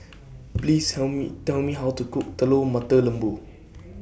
Please help Me Tell Me How to Cook Telur Mata Lembu